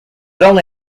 only